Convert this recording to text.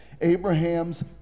Abraham's